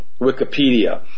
Wikipedia